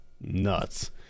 nuts